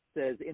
says